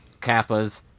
Kappas